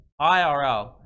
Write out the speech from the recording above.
IRL